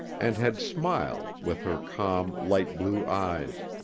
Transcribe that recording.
and had smiled with her calm, light-blue eyes.